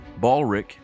Balric